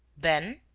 then?